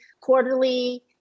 quarterly